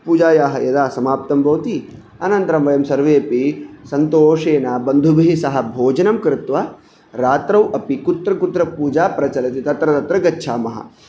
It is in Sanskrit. पूजायाः यदा समाप्तं भवति अनन्तरं वयं सर्वेऽपि सन्तोषेण बन्धुभिः सह भोजनं कृत्वा रात्रौ अपि कुत्र कुत्र पूजा प्रचलति तत्र तत्र गच्छामः